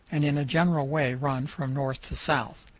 and in a general way run from north to south.